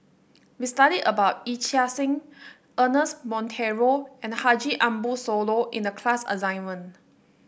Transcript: we studied about Yee Chia Hsing Ernest Monteiro and Haji Ambo Sooloh in the class assignment